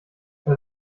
bei